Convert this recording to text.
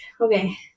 okay